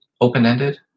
open-ended